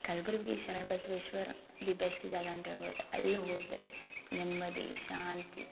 Kalburgi Sharana Basaveshwara the best ಜಾಗ ಅಂತೇಳ್ಬೋದು ಅಲ್ಲಿ ಹೋದರೆ ನೆಮ್ಮದಿ ಶಾಂತಿ